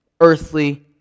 earthly